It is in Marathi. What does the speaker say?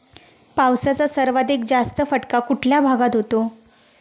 पावसाचा सर्वाधिक जास्त फटका कुठल्या भागात होतो?